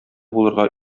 булырга